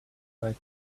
for